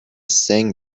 sang